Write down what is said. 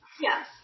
Yes